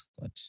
god